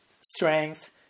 strength